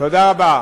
העובדה היחידה.